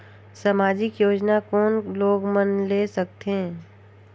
समाजिक योजना कोन लोग मन ले सकथे?